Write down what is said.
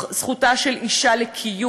זכותה של כל אישה לקיום,